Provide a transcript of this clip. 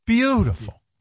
Beautiful